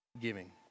giving